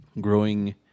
growing